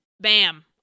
bam